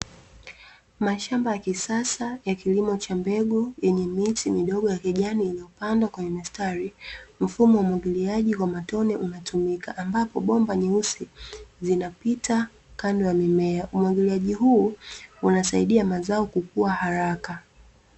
Mashamba ya kisasa ya kilimo cha mbegu yenye miti midogo ya kijani iliyopandwa kwenye mistari. Mfumo wa umwagiliaji kwa matone unatumika, ambapo bomba nyeusi zinapita kando ya mimea. Umwagiliaji huu unasaidia mazao kukua haraka.